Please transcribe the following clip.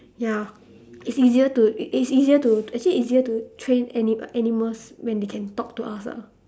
ya it's easier to it's easier to actually easier to train anim~ animals when they can talk to us ah